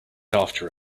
after